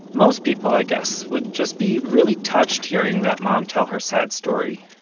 most people, i guess, would just be really touched hearing that mom tell her sad story.